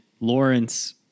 Lawrence